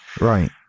Right